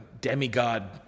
demigod